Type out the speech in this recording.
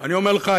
אני אומר לך,